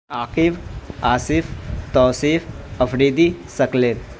Aqib Asif Tauseef Afridi Saqlain